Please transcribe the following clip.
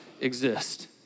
exist